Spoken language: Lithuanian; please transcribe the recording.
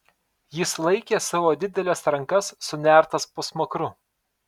jis laikė savo dideles rankas sunertas po smakru